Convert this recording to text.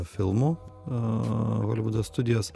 filmų holivudo studijos